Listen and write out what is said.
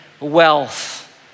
wealth